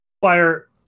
fire